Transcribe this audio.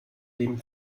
dem